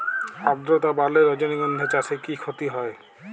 আদ্রর্তা বাড়লে রজনীগন্ধা চাষে কি ক্ষতি হয়?